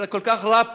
כל כך רע פה,